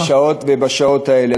ובשעות האלה.